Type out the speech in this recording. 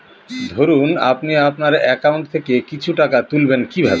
ধরুন আপনি আপনার একাউন্ট থেকে কিছু টাকা তুলবেন কিভাবে?